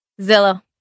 Zillow